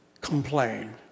complain